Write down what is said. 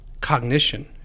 cognition